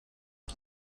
bei